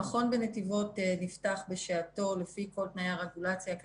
המכון בנתיבות נפתח בשעתו לפי כל תנאי הרגולציה שהיו